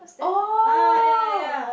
oh